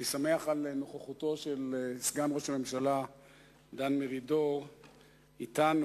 אני שמח על נוכחותו של סגן ראש הממשלה דן מרידור אתנו,